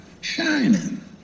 shining